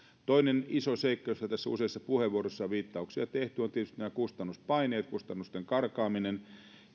toinen iso seikka johon useissa puheenvuoroissa on viittauksia tehty on tietysti nämä kustannuspaineet kustannusten karkaaminen